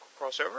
crossover